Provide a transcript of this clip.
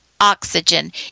oxygen